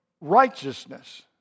righteousness